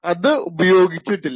അത് ഉപയോഗിച്ചിട്ടില്ല